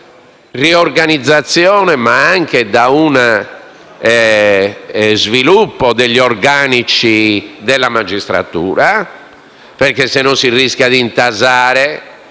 una riorganizzazione, nonché da uno sviluppo degli organici della magistratura, perché altrimenti si rischia di intasare